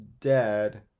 dead